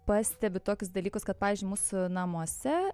pastebiu tokius dalykus kad pavyzdžiui mūsų namuose